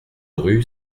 rue